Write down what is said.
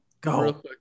Go